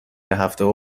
هفتهها